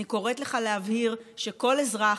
אני קוראת לך להבהיר שכל אזרח,